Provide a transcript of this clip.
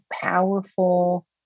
powerful